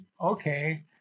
okay